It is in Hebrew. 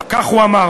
כך הוא אמר,